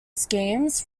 schemes